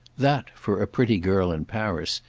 that, for a pretty girl in paris,